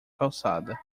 calçada